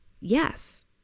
Yes